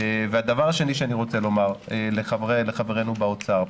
והדבר השני שאני רוצה לומר לחברנו באוצר: